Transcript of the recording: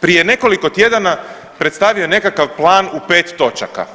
Prije nekoliko tjedana predstavio je nekakav plan i pet točaka,